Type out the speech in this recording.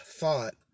thought